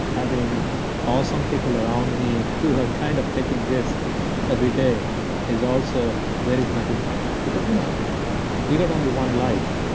having awesome people around me who are kind of taking risk every day is also very gratifying because you know we got only one life,